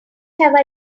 have